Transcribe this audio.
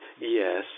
yes